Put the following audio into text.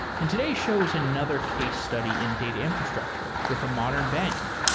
and today's show is another case study in data infrastructure with a modern bank.